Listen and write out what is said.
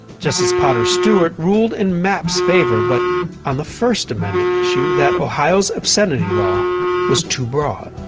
justice potter stewart ruled in mapp's favor, but on the first amendment issue that ohio's obscenity law was too broad.